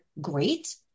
Great